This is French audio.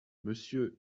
monsieur